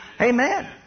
Amen